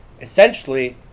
essentially